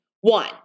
One